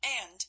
And